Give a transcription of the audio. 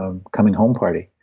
um coming home party.